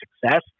success